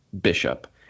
bishop